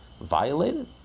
violated